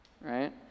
Right